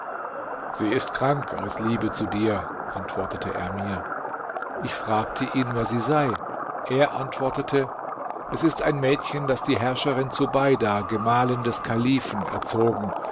sie ist krank aus liebe zu dir antwortete er mir ich fragte ihn wer sie sei er antwortete es ist ein mädchen das die herrscherin zubeida gemahlin des kalifen erzogen